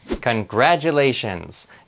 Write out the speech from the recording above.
Congratulations